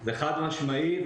זה חד-משמעי,